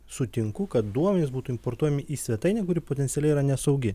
sutinku kad duomenys būtų importuojami į svetainę kuri potencialiai yra nesaugi